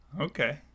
Okay